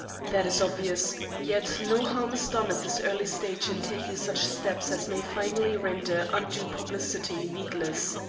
that is obvious. yet no harm is done at this early stage in taking such steps as may finally render undue publicity needless.